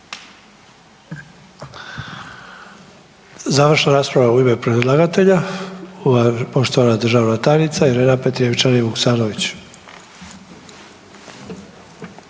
Završna rasprava u ime predlagatelja, poštovana državna tajnica Irena Petrijevčanin Vuksanović.